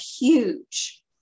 huge